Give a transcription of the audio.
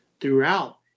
throughout